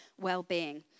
well-being